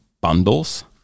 bundles